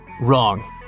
Wrong